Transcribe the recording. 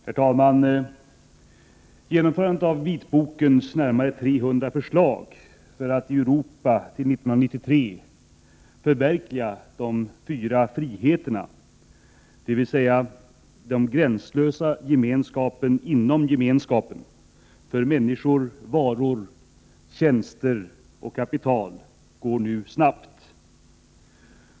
Herr talman! Genomförandet av vitbokens närmare 300 förslag för att man i Europa till år 1993 skall förverkliga de fyra friheterna, dvs. den gränslösa gemenskapen inom gemenskapen för människor, varor, tjänster och kapital, går nu snabbt.